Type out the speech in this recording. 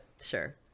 sure